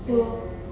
mm